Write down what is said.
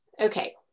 Okay